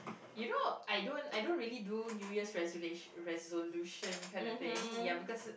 you know I don't I don't really do New Year's resolu~ resolution kind of thing ya because